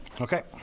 Okay